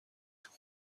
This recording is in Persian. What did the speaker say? توی